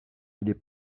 est